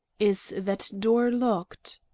is that door locked?